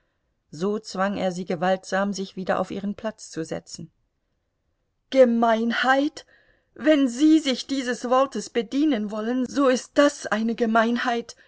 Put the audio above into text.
so zwang er sie gewaltsam sich wie der auf ihren platz zu setzen gemeinheit wenn sie sich dieses wortes bedienen wollen so ist das eine gemeinheit